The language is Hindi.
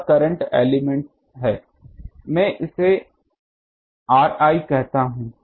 यहाँ करंट एलिमेंट है में इसे ri कहता हूँ